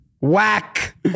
Whack